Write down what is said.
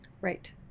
right